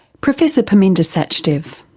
professor perminder sachdev.